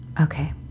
Okay